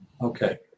Okay